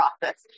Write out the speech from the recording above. process